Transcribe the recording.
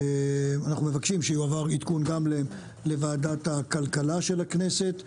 אנחנו מבקשים שיועבר עדכון גם לוועדת הכלכלה של הכנסת.